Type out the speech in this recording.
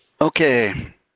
Okay